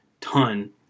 ton